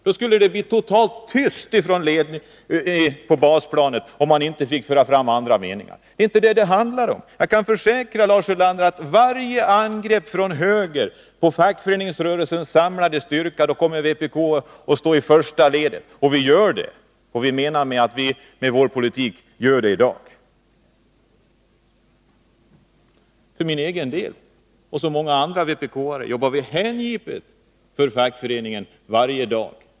Det skulle bli totalt tyst på basplanet, om man inte fick föra fram andra meningar. Jag kan försäkra Lars Ulander att vid varje angrepp från höger på fackföreningsrörelsens samlade styrka kommer vpk att stå i första ledet bland försvararna, och vi menar att vi med vår politik gör det i dag. För min egen del jobbar jag som många andra vpk:are hängivet för fackföreningen varje dag.